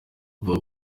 bavuga